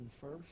first